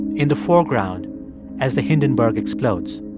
in the foreground as the hindenburg explodes.